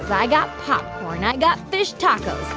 but i got popcorn. i got fish tacos.